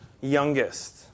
youngest